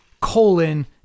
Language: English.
colon